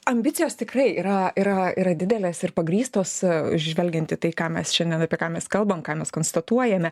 ambicijos tikrai yra yra yra didelės ir pagrįstos žvelgiant į tai ką mes šiandien apie ką mes kalbam ką mes konstatuojame